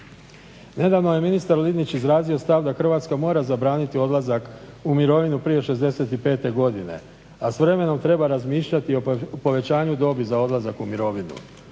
Nedavno je ministar Linić izrazio stav da Hrvatska mora zabraniti odlazak u mirovinu prije 65. godine, a s vremenom treba razmišljati o povećanju dobi za odlazak u mirovinu.